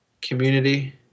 community